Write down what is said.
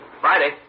Friday